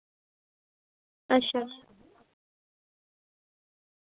अच्छा